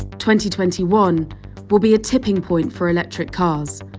twenty twenty one will be a tipping point for electric cars,